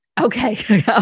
Okay